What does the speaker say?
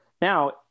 Now